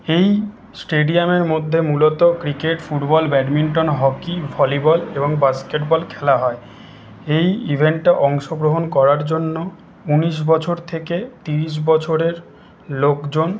এই স্টেডিয়ামের মধ্যে মূলত cricket football badminton hockey volleyball এবং বাস্কেট বল খেলা হয় এই ইভেন্টটা অংশগ্রহণ করার জন্য উনিশ বছর থেকে তিরিশ বছরের লোকজন